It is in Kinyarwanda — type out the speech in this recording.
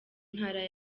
ntara